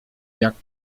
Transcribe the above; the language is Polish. jak